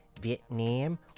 Vietnam